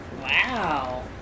Wow